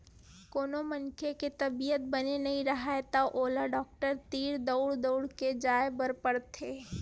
कोनो मनखे के तबीयत बने नइ राहय त ओला डॉक्टर तीर दउड़ दउड़ के जाय बर पड़थे